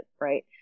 right